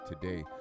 today